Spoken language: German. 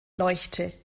leuchte